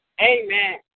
Amen